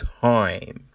time